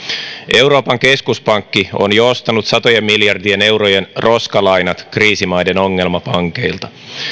euroopan keskuspankki on jo ostanut satojen miljardien eurojen roskalainat kriisimaiden ongelmapankeilta